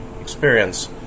experience